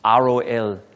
ROL